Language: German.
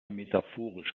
metaphorisch